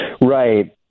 Right